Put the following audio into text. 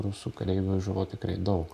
rusų kareivių žuvo tikrai daug